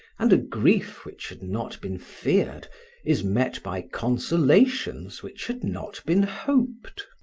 and a grief which had not been feared is met by consolations which had not been hoped.